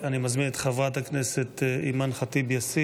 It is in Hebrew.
אני מזמין את חברת הכנסת אימאן ח'טיב יאסין,